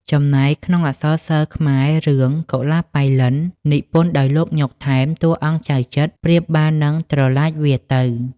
ចំណែកក្នុងអក្សរសិល្ប៍ខ្មែររឿង "កុលាបប៉ៃលិន" និពន្ធដោយ លោក ញ៉ុក ថែម តួអង្គ ចៅចិត្រ ប្រៀបបាននឹង "ត្រឡាចវារទៅ"។